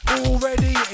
already